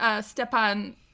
Stepan